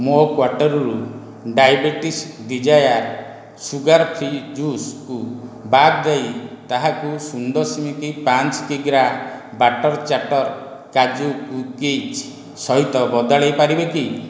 ମୋ କ୍ବାଟରରୁ ଡାଇବେଟିସ୍ ଡିଜାୟାର ସୁଗାର୍ ଫ୍ରି ଜୁସ୍କୁ ବାଦ ଦେଇ ତାହାକୁ ଶୁନ ଦଶମିକ ପାଞ୍ଚ କିଗ୍ରା ବାଟର ଚାଟର କାଜୁ କୁକିଜ୍ ସହିତ ବଦଳାଇ ପାରିବେ କି